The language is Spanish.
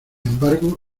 embargo